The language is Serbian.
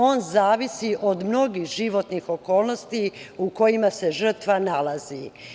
On zavisi od mnogih životnih okolnosti u kojima se žrtva nalazi.